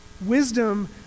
Wisdom